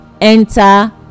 enter